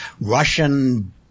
Russian